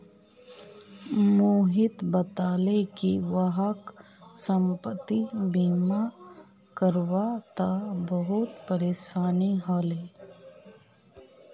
मोहित बताले कि वहाक संपति बीमा करवा त बहुत परेशानी ह ले